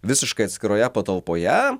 visiškai atskiroje patalpoje